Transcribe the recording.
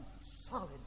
solid